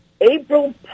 April